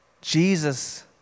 Jesus